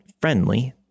friendly